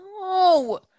No